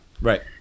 Right